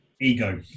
ego